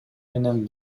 менен